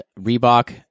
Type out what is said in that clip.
Reebok